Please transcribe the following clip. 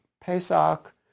Pesach